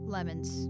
Lemons